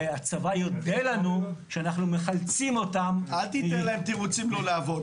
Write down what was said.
והצבא יודה לנו שאנחנו מחלצים אותם --- אל תיתן להם תירוצים לא לעבוד.